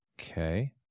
Okay